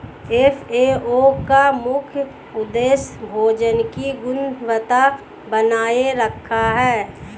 FAO का मुख्य उदेश्य भोजन की गुणवत्ता बनाए रखना है